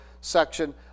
section